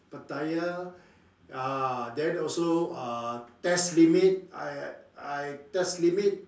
pattaya ah then also uh test limit I I test limit